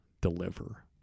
deliver